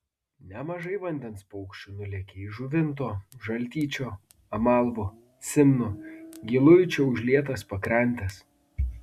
nemažai vandens paukščių sulėkė į žuvinto žaltyčio amalvo simno giluičio užlietas pakrantes